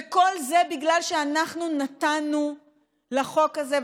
וכל זה בגלל שאנחנו נתנו לחוק הזה,